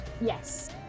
Yes